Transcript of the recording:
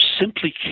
simply